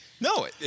No